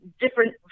different